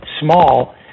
small